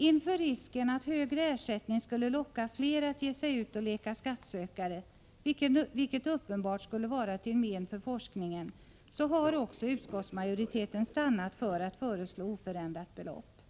Inför risken att högre ersättning skulle locka flera att ge sig s.k. skattletning, ut och leka skattsökare — vilket uppenbart skulle vara till men för forskningen MR — har också utskottsmajoriteten stannat för att föreslå oförändrat belopp.